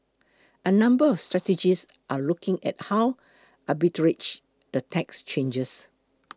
a number of strategists are looking at how arbitrage the tax changes